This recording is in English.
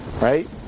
Right